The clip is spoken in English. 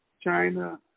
China